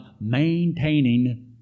maintaining